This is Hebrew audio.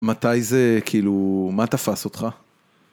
מתי זה, כאילו, מה תפס אותך?